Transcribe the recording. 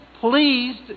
pleased